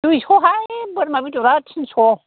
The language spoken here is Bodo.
दुइस'हाय बोरमा बेदरा थिनस'